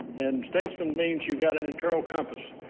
and statesman means you've got an internal compass.